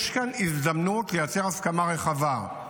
יש כאן הזדמנות לייצר הסכמה רחבה.